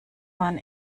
man